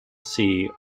see